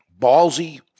Ballsy